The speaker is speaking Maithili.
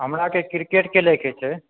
हमरा के क्रिकेट खेलै के छै